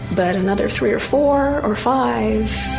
but another three or four or five